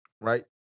right